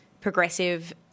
progressive